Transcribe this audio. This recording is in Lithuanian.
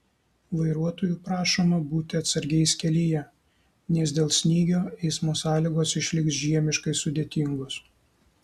vairuotojų prašoma būti atsargiais kelyje nes dėl snygio eismo sąlygos išliks žiemiškai sudėtingos